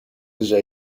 déjà